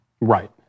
Right